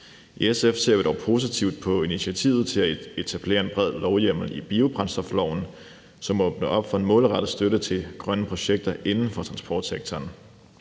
I SF ser vi dog positivt på initiativet til at etablere en bred lovhjemmel i biobrændstofloven, som åbner op for en målrettet støtte til grønne projekter inden for transportsektoren.